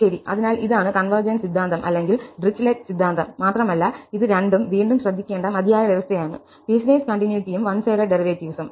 ശരി അതിനാൽ ഇതാണ് കൺവെർജെൻസ് സിദ്ധാന്തം അല്ലെങ്കിൽ ഡിറിച്ലെറ്റ് സിദ്ധാന്തം മാത്രമല്ല ഇത് രണ്ടും വീണ്ടും ശ്രദ്ധിക്കേണ്ട മതിയായ വ്യവസ്ഥയാണ് പീസ്വേസ് കണ്ടിന്യൂറ്റിയും വൺ സൈഡഡ് ഡെറിവേറ്റീവ്സും